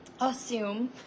assume